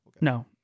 No